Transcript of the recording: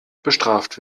bestraft